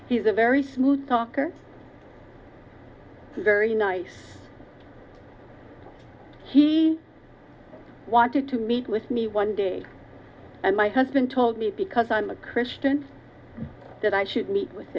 he's a very smooth talker very nice he wanted to meet with me one day and my husband told me because i'm a christian that i should meet with